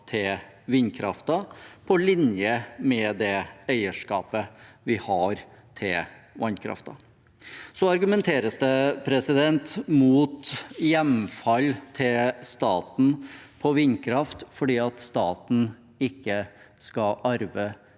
til vindkraften, på linje med det eierskapet vi har til vannkraften. Det argumenteres mot hjemfall til staten på vindkraft fordi staten ikke skal arve